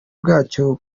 bwacyo